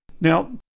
Now